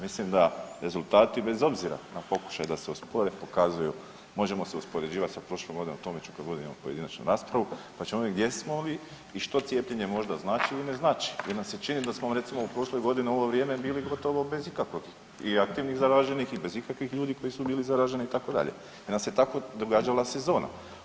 Mislim da rezultati bez obzira na pokušaj da se ospore pokazuju možemo se uspoređivati sa prošlom godinom, o tome ću kad budem imamo pojedinačnu raspravu, pa ćemo vidjeti gdje smo li i što cijepljenje možda znači ili ne znači, jer mi se čini da smo recimo prošle godine u ovo vrijeme bili gotovo bez ikakvih i aktivnih zaraženih i bez ikakvih ljudi koji su bili zaraženi itd. jer nam se tako događala sezona.